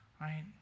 Right